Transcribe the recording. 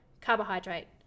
carbohydrate